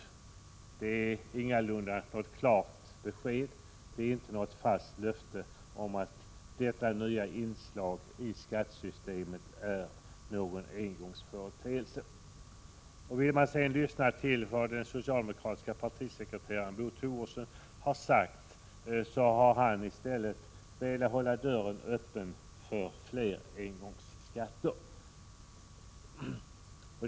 Det är ingalunda något klart besked. Det är inte något fast löfte om att detta nya inslag i skattesystemet är någon engångsföreteelse. Vill man lyssna till vad den socialdemokratiske partisekreteraren Bo Toresson har sagt, finner man att han i stället har velat hålla dörren öppen för fler engångsskatter.